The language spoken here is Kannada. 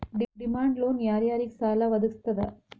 ಡಿಮಾಂಡ್ ಲೊನ್ ಯಾರ್ ಯಾರಿಗ್ ಸಾಲಾ ವದ್ಗಸ್ತದ?